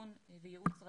באבחון וייעוץ רגיל,